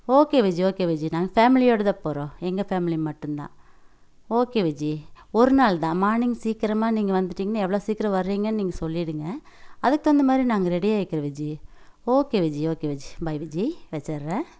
okay Viji okay Viji நாங்கள் ஃபேமிலியோடு தான் போகிறோம் எங்கள் ஃபேமிலி மட்டும்தான் ஓகே விஜி ஒரு நாள் தான் மார்னிங் சீக்கிரமாக நீங்கள் வந்துட்டீங்கனா எவ்வளோ சீக்கிரம் வர்றீங்கன்னு நீங்கள் சொல்லிடுங்க அதுக்கு தகுந்த மாதிரி நாங்கள் ரெடி ஆகிக்கிறோம் Viji okay Viji okay Viji bye Viji வெச்சுர்றேன்